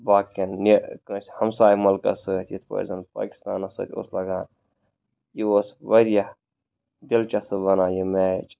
باقِیَن یہِ کٲنٛسہِ ہمساے مُلکس سٍتۍ یِتھٕ پٲٹھۍ زَن پاکِستانس سۭتۍ اوس لگان یہِ اوس واریاہ دِلچسپ بنان یہِ میچ